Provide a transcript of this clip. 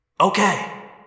Okay